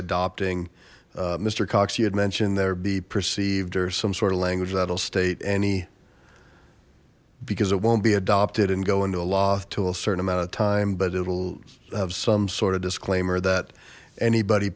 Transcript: adopting mister cox he had mentioned there be perceived or some sort of language that will state any because it won't be adopted and go into a loss to a certain amount of time but it'll have some sort of disclaimer that anybody